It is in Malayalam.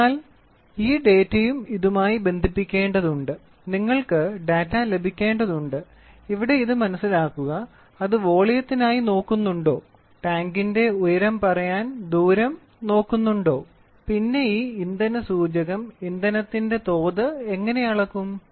അതിനാൽ ഈ ഡാറ്റയും ഇതുമായി ബന്ധിപ്പിക്കേണ്ടതുണ്ട് നിങ്ങൾക്ക് ഡാറ്റ ലഭിക്കേണ്ടതുണ്ട് ഇവിടെ ഇത് മനസിലാക്കുക അത് വോളിയത്തിനായി നോക്കുന്നുണ്ടോ ടാങ്കിന്റെ ഉയരം പറയാൻ ദൂരം നോക്കുന്നുണ്ടോ പിന്നെ ഈ ഇന്ധന സൂചകം ഇന്ധനത്തിന്റെ തോത് എങ്ങനെ അളക്കും